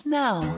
now